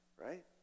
right